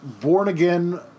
born-again